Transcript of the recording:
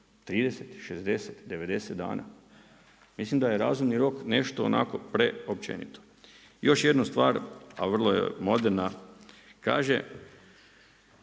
30, 60, 90 dana? Mislim da je razumni rok nešto onako preopćenito. Još jednu stvar, a vrlo je moderna, kaže,